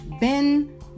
Ben